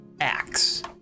axe